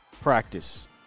practice